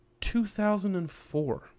2004